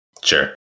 Sure